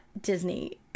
disney